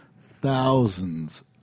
thousands